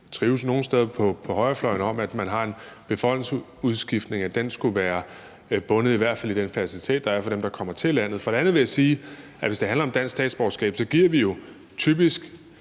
trives nogle steder på højrefløjen, om, at man har en befolkningsudskiftning, skulle være bundet op på den fertilitet, der er for dem, der kommer til landet. For det andet vil jeg sige, at hvis det handler om dansk statsborgerskab, giver vi jo typisk